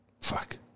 Fuck